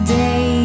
day